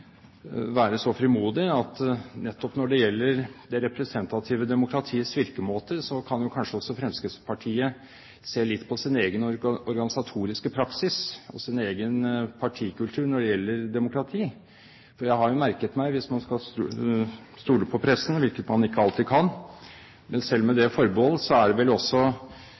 være så frimodig å si at nettopp når det gjelder det representative demokratiets virkemåter, kan kanskje også Fremskrittspartiet se litt på sin egen organisatoriske praksis og sin egen partikultur, for jeg har merket meg – hvis man skal stole på pressen, hvilket man ikke alltid kan, men selv med det forbehold – at det vel